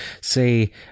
say